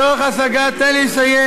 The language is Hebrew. תוך השגת, תן לי לסיים.